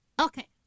Okay